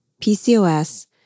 PCOS